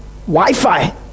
Wi-Fi